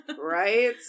Right